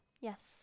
yes